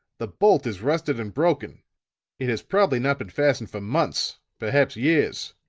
the bolt is rusted and broken it has probably not been fastened for months, perhaps years.